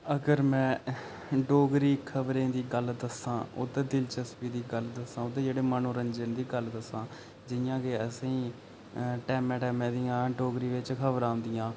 अगर में डोगरी खबरें दी गल्ल दस्सां ओह्दे दिलचस्पी दी गल्ल दस्सां ओह्दे जेह्ड़े मनोरंजन दी गल्ल दस्सां जि'यां के असेंगी टैमां टैमां दियां डोगरी बिच्च खबरां आंदियां